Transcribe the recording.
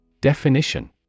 Definition